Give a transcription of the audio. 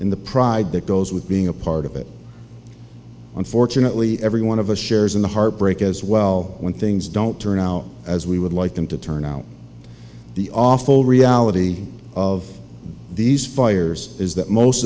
in the pride that goes with being a part of it unfortunately every one of the shares in the heartbreak as well when things don't turn out as we would like them to turn out the awful reality of these fires is that most